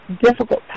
difficult